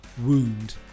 wound